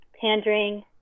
pandering